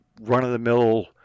run-of-the-mill